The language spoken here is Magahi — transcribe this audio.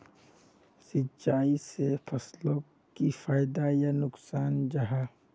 सिंचाई से फसलोक की फायदा या नुकसान जाहा?